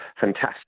fantastic